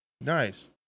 Nice